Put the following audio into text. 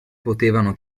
potevano